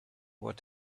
what